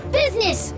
business